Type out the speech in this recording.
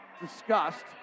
discussed